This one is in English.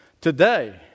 Today